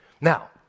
Now